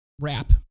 wrap